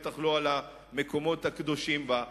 בטח לא על המקומות הקדושים בה.